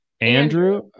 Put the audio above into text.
Andrew